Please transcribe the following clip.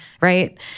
Right